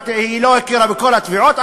היא לא הכירה בכל התביעות,